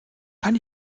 kann